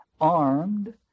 armed